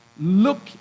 look